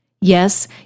Yes